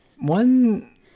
one